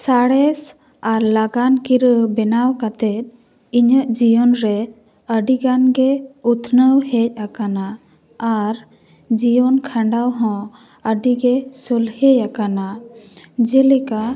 ᱥᱟᱬᱮᱥ ᱟᱨ ᱞᱟᱜᱟᱱ ᱠᱤᱨᱟᱹ ᱵᱮᱱᱟᱣ ᱠᱟᱛᱮ ᱤᱧᱟᱹᱜ ᱡᱤᱭᱚᱱ ᱨᱮ ᱟᱹᱰᱤᱜᱟᱱ ᱜᱮ ᱩᱛᱱᱟᱹᱣ ᱦᱮᱡ ᱟᱠᱟᱱᱟ ᱟᱨ ᱡᱤᱭᱚᱱ ᱠᱷᱟᱸᱰᱟᱣ ᱦᱚᱸ ᱟᱹᱰᱤᱜᱮ ᱥᱚᱞᱦᱮ ᱟᱠᱟᱱᱟ ᱡᱮᱞᱮᱠᱟ